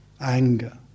anger